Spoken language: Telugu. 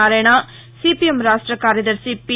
నారాయణ సీపీఎం రాష్ట్ర కార్యదర్శి పి